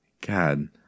God